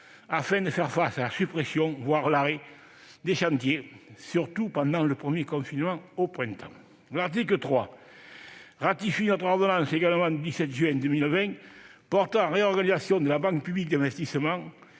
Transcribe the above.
afin de faire face à la suspension, voire à l'arrêt, des chantiers, surtout pendant le premier confinement, au printemps. L'article 3 ratifie une autre ordonnance datée du même jour, l'ordonnance du 17 juin 2020 portant réorganisation de la Banque publique d'investissement.